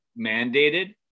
mandated